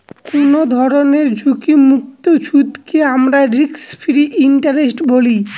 কোনো ধরনের ঝুঁকিমুক্ত সুদকে আমরা রিস্ক ফ্রি ইন্টারেস্ট বলি